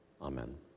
Amen